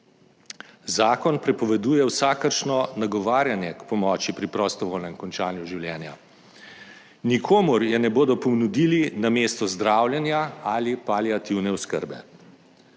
Zakon prepoveduje vsakršno nagovarjanje k pomoči pri prostovoljnem končanju življenja. Nikomur je ne bodo ponudili namesto zdravljenja ali paliativne oskrbe.